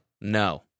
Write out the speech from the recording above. No